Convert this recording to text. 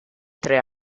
tre